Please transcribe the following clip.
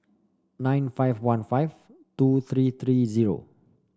nine five one five two three three zero